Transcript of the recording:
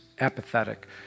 apathetic